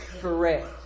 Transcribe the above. correct